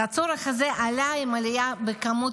והצורך הזה עלה עם העלייה במספר